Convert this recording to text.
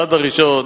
הצעד הראשון,